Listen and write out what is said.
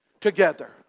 together